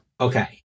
Okay